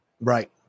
right